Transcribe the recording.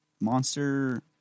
Monster